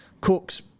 cooks